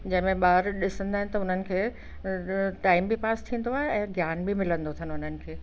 जंहिंमें ॿार ॾिसंदा आहिनि त हुननि खे त टाइम बि पास थींदो आहे ऐं ज्ञान बि मिलंदो अथनि हुननि खे